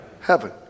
heaven